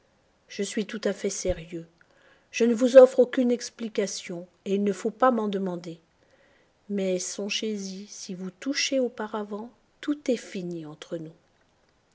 je suis tout à fait sérieux je ne vous offre aucune explication et il ne faut pas m'en demander mais songez-y si vous touchez au paravent tout est fini entre nous